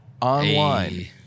online